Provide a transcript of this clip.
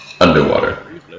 Underwater